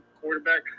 quarterback